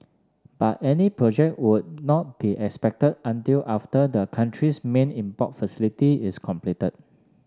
but any project would not be expected until after the country's main import facility is completed